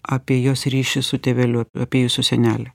apie jos ryšį su tėveliu apie jūsų senelę